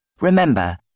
Remember